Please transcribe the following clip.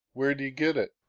where'd you get it?